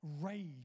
rage